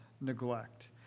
neglect